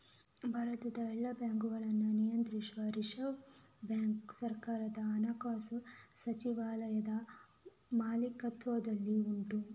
ಭಾರತದ ಎಲ್ಲ ಬ್ಯಾಂಕುಗಳನ್ನ ನಿಯಂತ್ರಿಸುವ ರಿಸರ್ವ್ ಬ್ಯಾಂಕು ಸರ್ಕಾರದ ಹಣಕಾಸು ಸಚಿವಾಲಯದ ಮಾಲೀಕತ್ವದಲ್ಲಿ ಉಂಟು